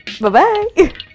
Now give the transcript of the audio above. Bye-bye